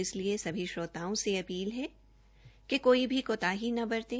इसलिए सभी श्रोताओं से अपील है कि कोई भी कोताही न बरतें